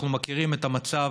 אנחנו מכירים את המצב